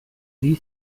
wie